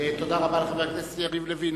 תודה רבה לחבר הכנסת יריב לוין.